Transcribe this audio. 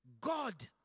God